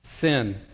sin